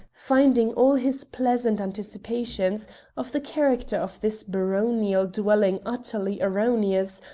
finding all his pleasant anticipations of the character of this baronial dwelling utterly erroneous,